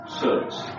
service